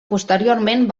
posteriorment